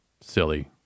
silly